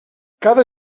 cada